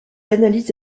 analyse